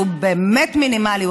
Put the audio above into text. והוא באמת מינימלי,